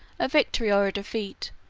a victory or a defeat,